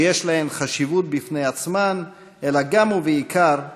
שיש להן חשיבות בפני עצמן, אלא גם ובעיקר במעשים,